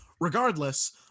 Regardless